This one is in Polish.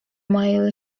moje